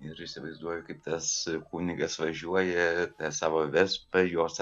ir įsivaizduoju kaip tas kunigas važiuoja ta savo vespa jo